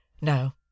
No